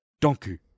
Donkey